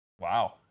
Wow